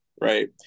Right